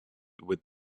with